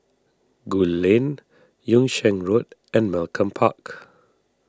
Gul Lane Yung Sheng Road and Malcolm Park